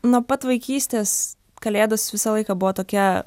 nuo pat vaikystės kalėdos visą laiką buvo tokia